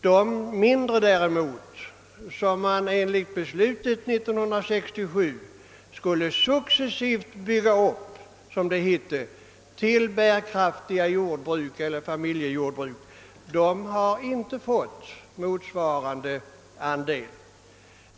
De mindre jordbruken däremot, som man enligt beslutet 1967 skulle »successivt bygga upp», som det hette, till bärkraftiga jordbruk eller familjejordbruk, har inte fått motsvarande andel.